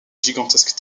gigantesque